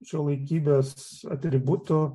šiuolaikybės atributų